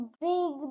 big